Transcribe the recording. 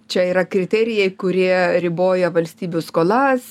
čia yra kriterijai kurie riboja valstybių skolas